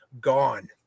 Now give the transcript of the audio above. Gone